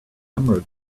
emerald